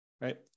right